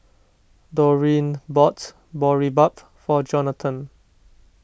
Dorene bought Boribap for Jonathon